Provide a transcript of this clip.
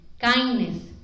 kindness